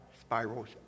spirals